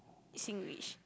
Singlish